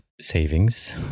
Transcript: savings